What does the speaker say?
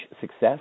success